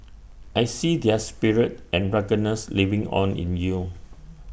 I see their spirit and ruggedness living on in you